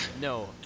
No